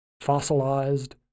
fossilized